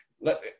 Let